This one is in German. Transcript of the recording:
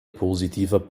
positiver